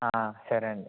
సరే అండి